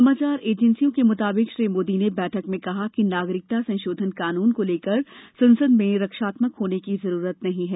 समाचार एजेंन्सियों के मुताबिक श्री मोदी ने बैठक में कहा कि नागरिकता संशोधन कानून को लेकर संसद में रक्षात्मक होने की कोई जरूरत नहीं है